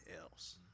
else